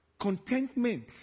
Contentment